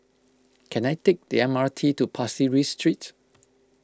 can I take the M R T to Pasir Ris Street